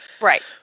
Right